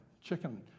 chicken